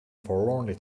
forlornly